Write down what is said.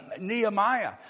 Nehemiah